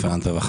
רפרנט רווחה,